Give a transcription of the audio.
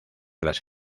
las